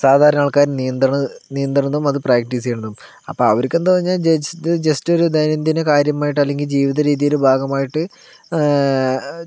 സാധാരണ ആൾക്കാർ നീന്തണതും അത് പ്രാക്ടീസ് ചെയ്യുന്നതും അപ്പോൾ അവർക്കെന്താണെന്ന് പറഞ്ഞാൽ ജസ്റ്റ് ഒരു ദൈനംദിന കാര്യമായിട്ട് അല്ലെങ്കിൽ ജീവിതരീതിയുടെ ഭാഗമായിട്ട്